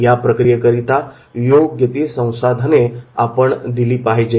या प्रक्रियेकरीता योग्य ती संसाधने आपण दिली पाहिजेत